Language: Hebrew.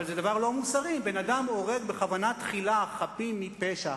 אבל זה דבר לא מוסרי אם אדם הורג בכוונה תחילה חפים מפשע,